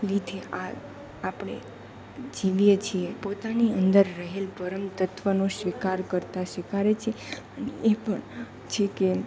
લીધે આ આપણે જીવીએ છીએ પોતાની અંદર રહેલ પરમતત્વનો સ્વીકાર કરતાં શિખવાડે છે અને એ પણ છેકે